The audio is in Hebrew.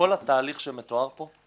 התהליך שמתואר פה הוא